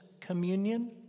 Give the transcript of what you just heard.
communion